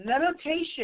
meditation